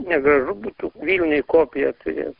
negražu būtų vilniuj kopiją turė